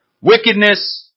wickedness